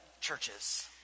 churches